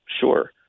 sure